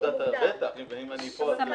אפנה